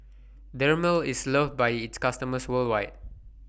Dermale IS loved By its customers worldwide